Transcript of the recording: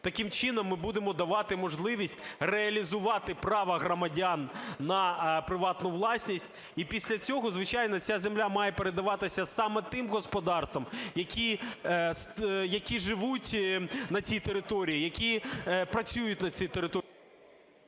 таким чином ми будемо давати можливість реалізувати право громадян на приватну власність, і після цього, звичайно, ця земля має передаватися саме тим господарствам, які живуть на цій території, які працюють на цій території.